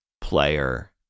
player